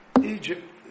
Egypt